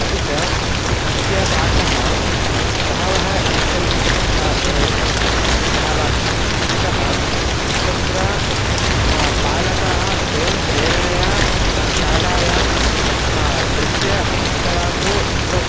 अपि च अस्य पाठः बहवः इच्छन्ति शालासु अतः तत्र पालकाः स्वयं प्रेरणया शालायां नृत्यकलासु स्वस्य